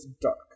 dark